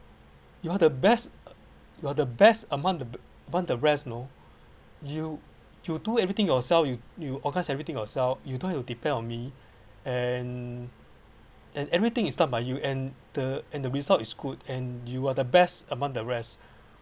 you are the best you're the best among the among the rest you know you you do everything yourself you knew everything yourselves you don't have to depend on me and and everything is done by you and the and the result is good and you are the best among the rest